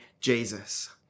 Jesus